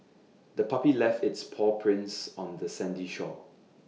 the puppy left its paw prints on the sandy shore